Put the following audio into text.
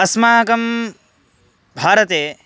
अस्माकं भारते